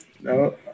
no